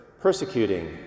persecuting